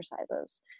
exercises